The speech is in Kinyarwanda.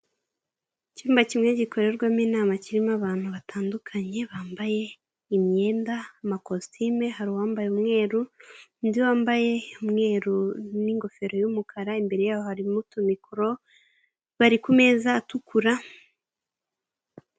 Icyumba kimwe gikorerwamo inama kirimo abantu batandukanye, bambaye imyenda amakositime, hari uwambaye umweru, undi wambaye umweru n'ingofero y'umukara, imbere yabo harimo tu mikoro, bari kumeza atukura.